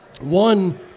One